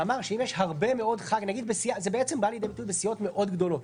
זה בא לידי ביטוי בסיעות מאוד גדולות.